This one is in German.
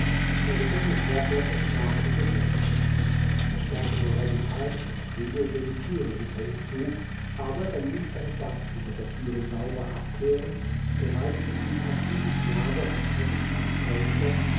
der gefängniswärter versprach zu gehorchen er sperrte nureddin ein und riegelte die türe hinter ihm zu aber er ließ eine bank hinter der türe sauber abkehren bereitete ihm ein gutes lager von teppichen und polstern